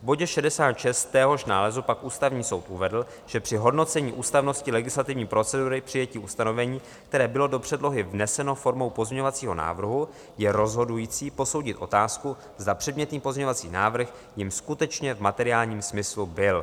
V bodě 66 téhož nálezu pak Ústavní soud uvedl, že při hodnocení ústavnosti legislativní procedury přijetí ustanovení, které bylo do předlohy vneseno formou pozměňovacího návrhu, je rozhodující posoudit otázku, zda předmětný pozměňovací návrh jím skutečně v materiálním smyslu byl.